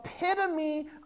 epitome